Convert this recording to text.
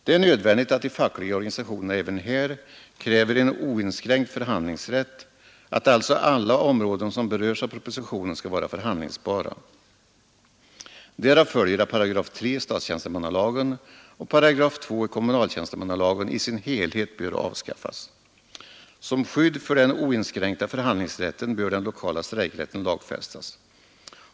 Det är nödvändigt att de fackliga organisationerna även här kräver en oinskränkt förhandlingsrätt, att alltså alla områden som berörs av propositionen skall vara förhandlingsbara. Därav följer att 3 § statstjänstemannalagen och 2 § kommunaltjänstemannalagen i sin helhet bör avskaffas. Som skydd för den oinskränkta förhandlingsrätten bör den lokala strejkrätten lagfästas.